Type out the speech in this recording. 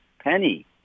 penny